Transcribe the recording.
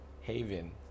Haven